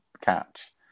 catch